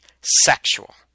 sexual